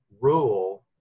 rule